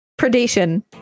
Predation